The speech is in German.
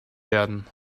werden